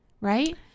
right